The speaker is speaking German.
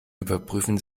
überprüfen